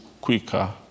quicker